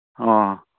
ꯑꯣ